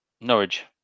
Norwich